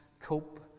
cope